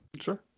Sure